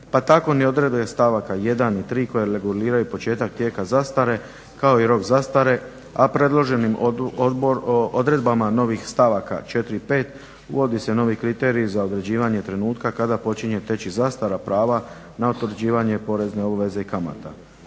pa tako ni odredbe stavaka 1. i 3. koje reguliraju početak tijeka zastare kao i rok zastare, a predloženim odredbama novih stavaka 4. i 5. uvodi se novi kriterij za određivanje trenutka kada počinje teći zastara prava na utvrđivanje porezne obveze i kamata.